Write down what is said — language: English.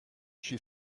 she